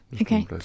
Okay